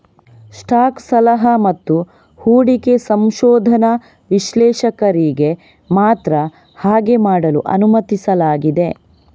stock ಸಲಹಾ ಮತ್ತು ಹೂಡಿಕೆ ಸಂಶೋಧನಾ ವಿಶ್ಲೇಷಕರಿಗೆ ಮಾತ್ರ ಹಾಗೆ ಮಾಡಲು ಅನುಮತಿಸಲಾಗಿದೆ